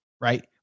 right